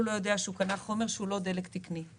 לא יודע שהוא קנה חומר שהוא לא דלק תקני.